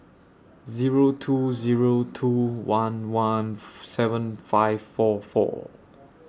Zero two Zero two one one seven five four four